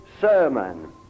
sermon